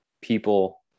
people